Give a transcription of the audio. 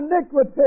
iniquity